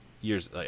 years